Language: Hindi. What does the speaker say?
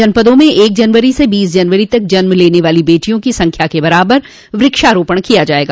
जनपदों में एक जनवरी से बीस जनवरी तक जन्म लने वाली बेटियों की संख्या के बराबर वृक्षारोपण किया जायेगा